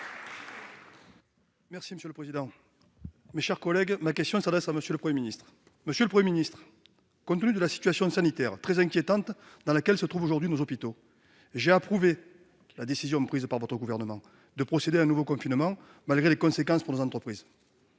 Monsieur le président, mes chers collègues, ma question s'adresse à M. le Premier ministre. Compte tenu de la situation très inquiétante dans laquelle se trouvent aujourd'hui nos hôpitaux, j'ai approuvé la décision prise par le Gouvernement de procéder à un nouveau confinement, malgré les conséquences pour nos entreprises.